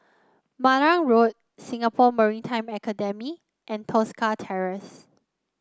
Marang Road Singapore Maritime Academy and Tosca Terrace